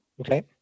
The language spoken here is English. Okay